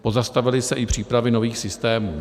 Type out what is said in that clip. Pozastavily se i přípravy nových systémů.